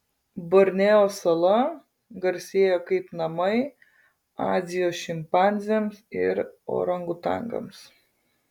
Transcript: borneo sala garsėja kaip namai azijos šimpanzėms ir orangutangams